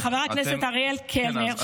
ולחבר הכנסת אריאל קלנר,